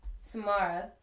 Samara